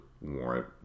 warrant